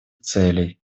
целей